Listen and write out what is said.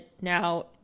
now